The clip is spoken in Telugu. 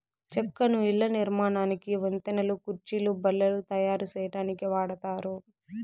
చెక్కను ఇళ్ళ నిర్మాణానికి, వంతెనలు, కుర్చీలు, బల్లలు తాయారు సేయటానికి వాడతారు